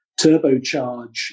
turbocharge